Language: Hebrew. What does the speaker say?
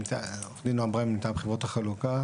עו"ד נעם ברימן מטעם חברות החלוקה.